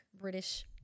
British